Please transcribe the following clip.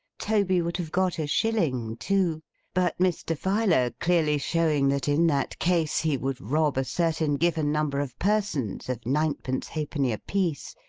toby would have got a shilling too but mr. filer clearly showing that in that case he would rob a certain given number of persons of ninepence-halfpenny a-piece,